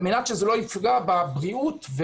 על מנת שזה לא יפגע בבריאות של